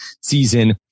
season